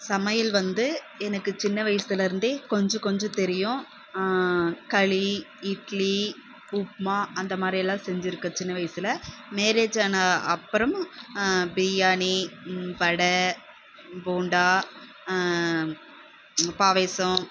சமையல் வந்து எனக்கு சின்ன வயசுலேருந்தே கொஞ்சம் கொஞ்சம் தெரியும் களி இட்லி உப்புமா அந்த மாதிரியெல்லாம் செஞ்சுருக்கேன் சின்ன வயசில் மேரேஜ் ஆன அப்புறமா பிரியாணி வடை போண்டா பாயாசம்